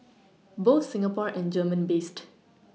both Singapore and German based